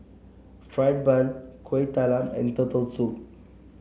fried bun Kuih Talam and Turtle Soup